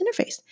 interface